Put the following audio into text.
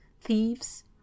thieves